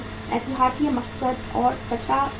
एहतियाती मकसद और सट्टा का मकसद